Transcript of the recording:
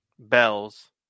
Bell's